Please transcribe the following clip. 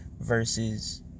versus